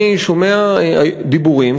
אני שומע דיבורים,